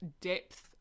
depth